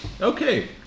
Okay